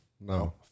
No